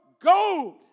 gold